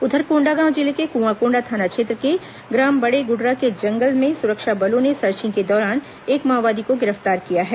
उधर कोंडागांव जिले के कुआंकोंडा थाना क्षेत्र के ग्राम बड़ेगुडरा के जंगल में सुरक्षा बलों ने सर्चिंग के दौरान एक माओवादी को गिरफ्तार किया है